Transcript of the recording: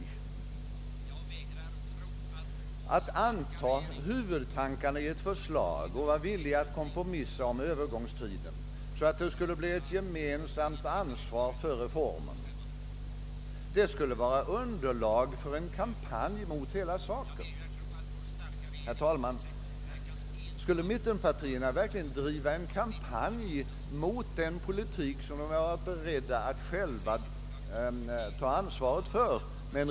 Att välkomna och anta huvudtankarna i ett förslag och vara villig att kompromissa om Övergångstiden, så att ansvaret för reformen skulle bli gemensamt, det skulle alltså vara underlag för en kampanj mot hela saken! Herr talman! Skulle mittenpartierna verkligen driva en kampanj mot den politik som de — med en rimlig kompromiss — varit beredda att själva ta ansvaret för?